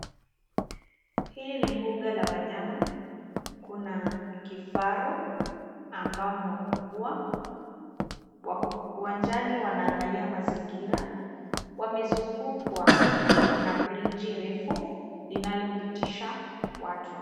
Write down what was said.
Hili ni mbuga la wanyama. Kuna kifaru ambao ni wakubwa. Wako uwanjani wanaangalia mazingira. Wamezungukwa na briji refu linalopitisha watu.